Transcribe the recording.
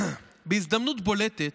בהזדמנות בולטת